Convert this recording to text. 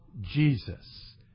Jesus